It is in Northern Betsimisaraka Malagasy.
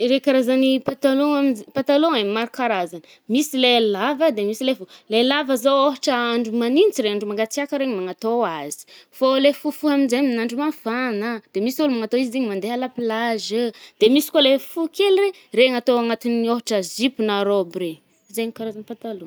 Ire karazagny patalôa anz-patalô e, maro karazagny. Misy le làva, de misy le foho. Le làva zao ôhatra andro magnintsy regny, andro mangatsiàka regny magnatô azy. Fô le fofoho aminje amin’andro mafanà. De misy olo magnatô izigny mande à la plage. De misy koà le fo kely re, regny atô agnatin’ny ôhatra zipo na robe regny re, zaigny karazana patalô.